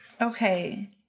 Okay